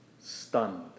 stunned